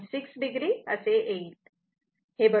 6 o V असे येईल